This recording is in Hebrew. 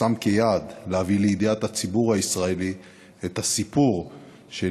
שם כיעד להביא לידיעת הציבור הישראלי את הסיפור של